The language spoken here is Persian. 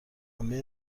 عمه